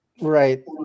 Right